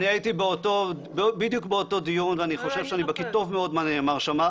אני הייתי בדיוק באותו דיון ואני חושב שאני בקי טוב מאוד במה שנאמר שם.